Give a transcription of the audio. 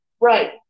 Right